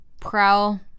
prowl